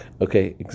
Okay